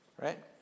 Right